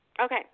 Okay